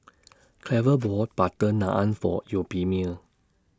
Cleva bought Butter Naan For Euphemia